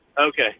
Okay